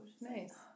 nice